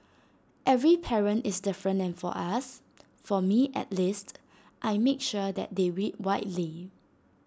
every parent is different and for us for me at least I make sure that they read widely